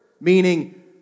meaning